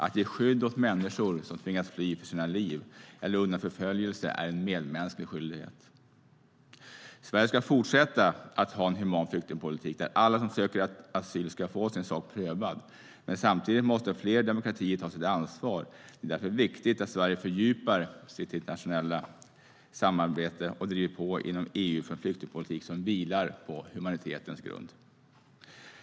Att ge skydd åt människor som tvingas fly för sina liv eller undan förföljelse är en medmänsklig skyldighet. Sverige ska fortsätta att ha en human flyktingpolitik. Alla som söker asyl ska få sin sak prövad. Men samtidigt måste fler demokratier ta sitt ansvar. Det är därför viktigt att Sverige fördjupar sitt internationella samarbete och driver på inom EU för en flyktingpolitik som vilar på humanitetens grund.